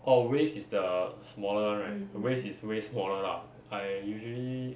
orh waist is the smaller [one] right the waist is way smaller lah I usually